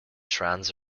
trans